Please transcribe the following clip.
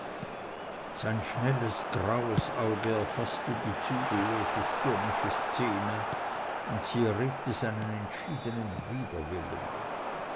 sein schnelles graues auge erfaßte die zügellose stürmische szene und sie erregte seinen entschiedenen widerwillen